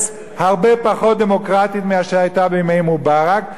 הרבה פחות דמוקרטית משהיתה בימי מובארק,